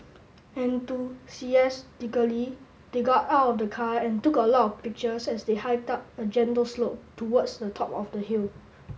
enthusiastically they got out of the car and took a lot of pictures as they hiked up a gentle slope towards the top of the hill